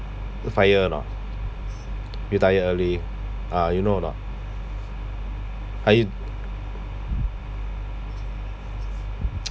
the FIRE or not retire early uh you know or not are you